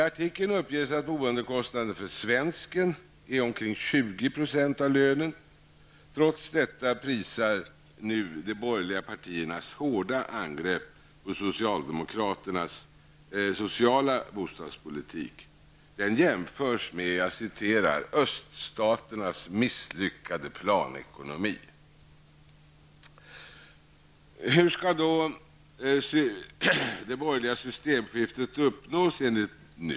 Enligt uppgift är boendekostnaden för svensken omkring 20 % av lönen. Trots detta prisar nu de borgerliga partierna de hårda angreppen mot socialdemokraternas sociala bostadspolitik. Den jämförs med ''Öststaternas misslyckade planekonomi''. Hur skall då det borgerliga systemskiftet uppnås enligt nyhetsmagasinet Nu.